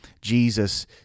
Jesus